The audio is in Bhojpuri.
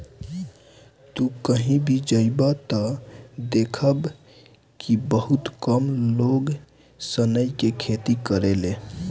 तू कही भी जइब त देखब कि बहुते कम लोग सनई के खेती करेले